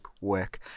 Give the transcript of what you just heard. work